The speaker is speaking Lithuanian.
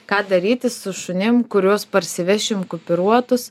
ką daryti su šunim kuriuos parsivešim kupiūruotus